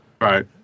Right